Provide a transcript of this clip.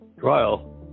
trial